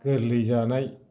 गोरलै जानाय